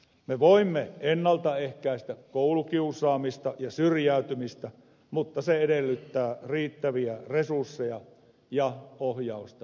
me voimme ennalta ehkäistä koulukiusaamista ja syrjäytymistä mutta se edellyttää riittäviä resursseja ja ohjausta kunnille